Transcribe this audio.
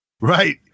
Right